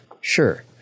Sure